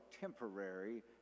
temporary